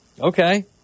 Okay